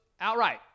outright